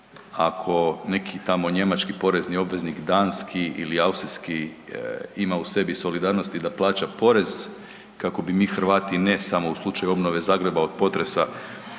ako neki tamo njemački porezni obveznik, danski ili austrijski ima u sebi solidarnosti da plaća porez kako bi mi Hrvati, ne samo u slučaju obnove Zagreba od potresa,